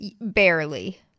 barely